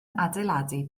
adeiladu